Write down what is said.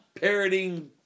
parroting